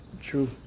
True